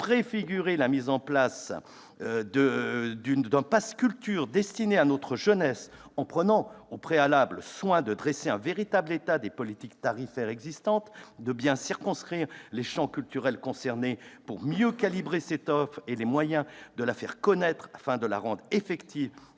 -préfigurer la mise en place d'un pass culture destiné à notre jeunesse, en prenant au préalable soin de dresser un véritable état des politiques tarifaires existantes, de bien circonscrire les champs culturels concernés pour mieux calibrer cette offre et les moyens pour la faire connaître afin de la rendre effective